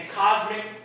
cosmic